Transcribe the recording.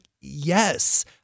yes